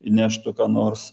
įneštų ką nors